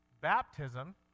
baptism